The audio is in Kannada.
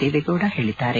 ದೇವೇಗೌಡ ಹೇಳಿದ್ದಾರೆ